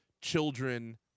children